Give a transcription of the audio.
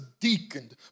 deaconed